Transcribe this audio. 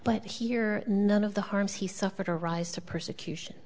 but here none of the harms he suffered a rise to persecution